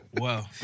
Wow